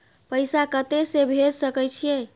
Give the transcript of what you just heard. पैसा कते से भेज सके छिए?